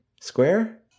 Square